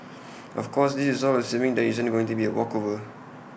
of course this is all assuming there isn't going to be A walkover